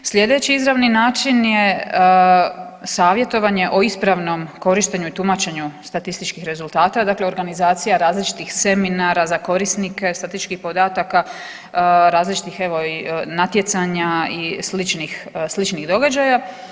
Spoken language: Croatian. Slijedeći izravni način je savjetovanje o ispravnom korištenju i tumačenju statističkih podataka, dakle organizacija različitih seminara za korisnike statističkih podataka, različitih evo i natjecanja i sličnih, sličnih događaja.